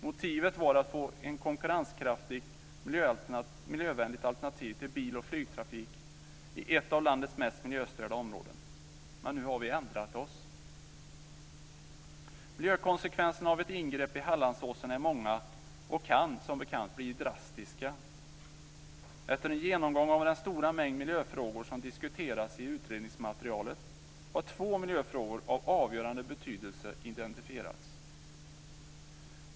Motivet var att få ett konkurrenskraftigt, miljövänligt alternativ till bil och flygtrafik i ett av landets mest miljöstörda områden, men nu har vi ändrat oss. Miljökonsekvenserna av ett ingrepp i Hallandsåsen är många och kan, som bekant, bli drastiska. Efter en genomgång av den stora mängd miljöfrågor som diskuteras i utredningsmaterialet har två miljöfrågor av avgörande betydelse identifierats.